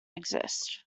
exist